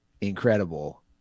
incredible